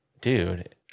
Dude